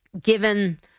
given